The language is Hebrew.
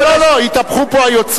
כל השאלה, לא לא לא, התהפכו פה היוצרות.